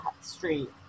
street